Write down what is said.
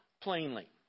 plainly